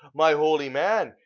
my holy man!